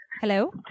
Hello